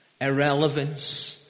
irrelevance